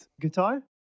guitar